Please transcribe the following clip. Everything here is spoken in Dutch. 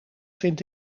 vindt